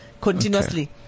Continuously